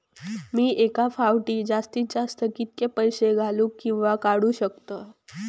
मी एका फाउटी जास्तीत जास्त कितके पैसे घालूक किवा काडूक शकतय?